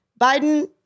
Biden